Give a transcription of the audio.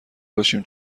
باشیم